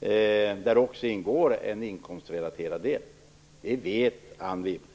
där en inkomstrelaterad del ingår. Det vet Anne Wibble.